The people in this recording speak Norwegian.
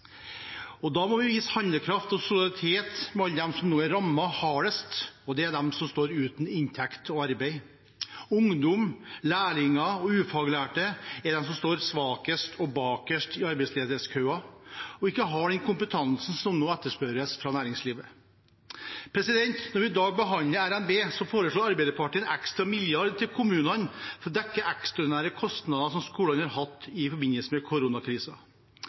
Da må vi vise handlekraft og solidaritet med alle dem som nå er hardest rammet, og det er de som står uten inntekt og arbeid. Ungdom, lærlinger og ufaglærte er de som står svakest og bakerst i arbeidsledighetskøen, og som ikke har den kompetansen som nå etterspørres fra næringslivet. Når vi i dag behandler RNB, foreslår Arbeiderpartiet en ekstra milliard til kommunene for å dekke ekstraordinære kostnader som skolene har hatt i forbindelse med